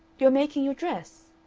you are making your dress?